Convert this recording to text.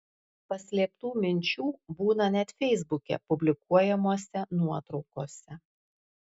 paslėptų minčių būna net feisbuke publikuojamose nuotraukose